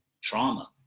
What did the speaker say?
trauma